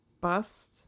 bust